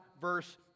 verse